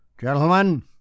gentlemen